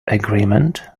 agreement